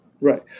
Right